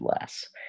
less